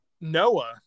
Noah